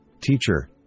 Teacher